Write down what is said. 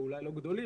אולי לא גדולים,